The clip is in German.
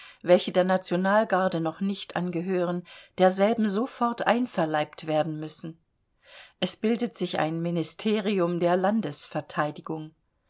welche der nationalgarde noch nicht angehören derselben sofort einverleibt werden müssen es bildet sich ein ministerium der landesverteidigung